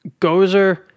Gozer